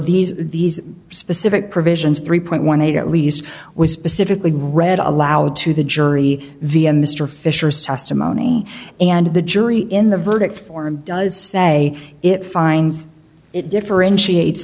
these these specific provisions three point one eight at least was specifically read aloud to the jury via mr fisher is testimony and the jury in the verdict form does say it finds it differentiate